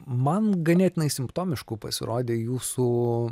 man ganėtinai simptomišku pasirodė jūsų